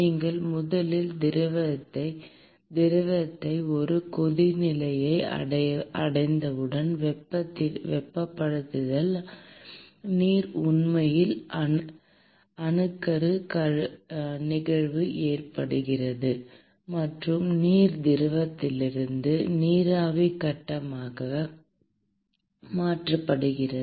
நீங்கள் முதலில் திரவத்தையும் திரவத்தையும் ஒரு கொதிநிலையை அடைந்தவுடன் வெப்பப்படுத்தினால் நீர் உண்மையில் அணுக்கரு நிகழ்வு ஏற்படுகிறது மற்றும் நீர் திரவத்திலிருந்து நீராவி கட்டமாக மாற்றப்படுகிறது